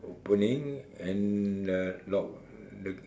opening and the knob ah